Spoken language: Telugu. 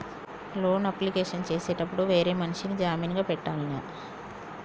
లోన్ అప్లికేషన్ చేసేటప్పుడు వేరే మనిషిని జామీన్ గా పెట్టాల్నా?